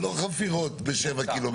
זה לא חפירות ב-7 ק"מ.